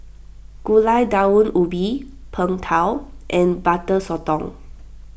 Gulai Daun Ubi Png Tao and Butter Sotong